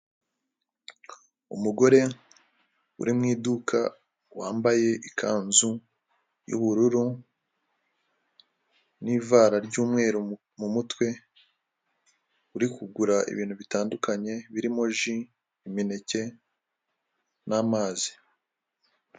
Umugore uri mu iduka wambaye ikanzu y'ubururu, n'ivara ry'umweru m'umutwe, uri kugura ibintu bitandukanye birimo: ji, imineke, n'amazi.